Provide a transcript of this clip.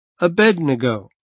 Abednego